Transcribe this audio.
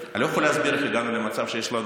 אני לא יכול להסביר איך הגענו למצב שיש לנו